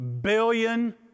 billion